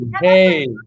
Hey